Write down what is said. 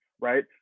right